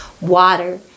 water